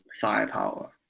firepower